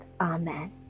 Amen